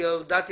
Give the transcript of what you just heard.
אני הודעתי